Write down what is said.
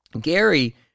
Gary